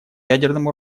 ядерному